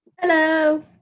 Hello